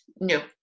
No